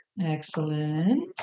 Excellent